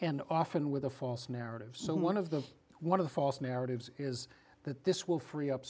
and often with a false narrative some one of the one of the false narratives is that this will free up